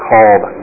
called